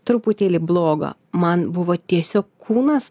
truputėlį bloga man buvo tiesiog kūnas